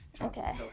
Okay